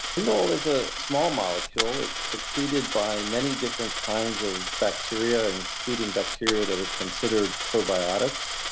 indole is a small molecule, it's secreted by many different kinds of bacteria, and including bacteria that are considered probiotics.